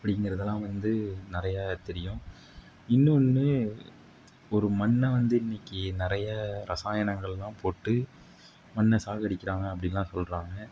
அப்படிங்கிறதுலாம் வந்து நிறைய தெரியும் இன்னோன்று ஒரு மண்ணை வந்து இன்றைக்கி நிறைய ரசாயனங்கள்லாம் போட்டு மண்ணை சாகடிக்கிறாங்க அப்படின்லான் சொல்கிறாங்க